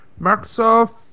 Microsoft